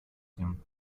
dem